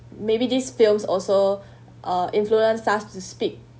maybe these films also uh influence us to speak